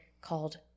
called